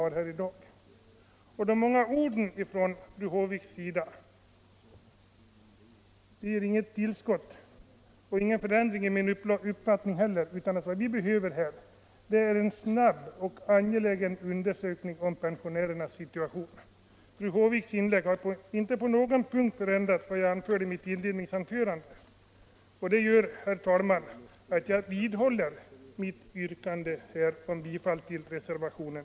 Och fru Håviks många ord ändrar inte min uppfattning, utan jag anser som sagt att vad vi behöver är en snabb undersökning av pensionärernas situation. Fru Håviks inlägg har inte på någon punkt givit mig anledning ändra på vad jag anförde i mitt inledningsanförande. Herr talman! Jag vidhåller mitt yrkande om bifall till reservationen.